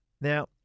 Now